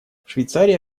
швейцария